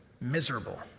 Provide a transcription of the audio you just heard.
miserable